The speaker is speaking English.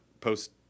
post